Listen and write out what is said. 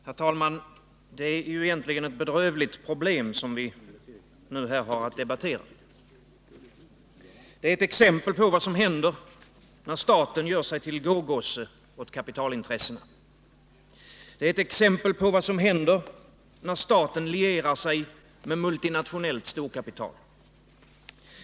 Herr talman! Det är egentligen ett bedrövligt problem som vi här har att debattera. Det är ett exempel på vad som händer, när staten gör sig till gågosse åt kapitalintressena. Det är ett exempel på vad som händer, när staten lierar sig med multinationellt storkapital.